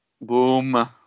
Boom